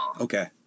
Okay